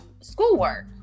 schoolwork